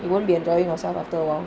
you won't be enjoying yourself after awhile